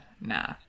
nah